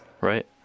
Right